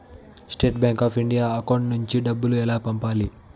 State bank of India account నుంచి డబ్బులు ఎలా పంపాలి?